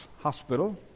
Hospital